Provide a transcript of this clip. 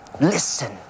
Listen